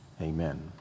Amen